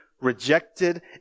rejected